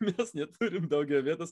mes neturim daugiau vietos